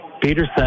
Peterson